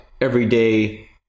everyday